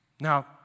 Now